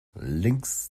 links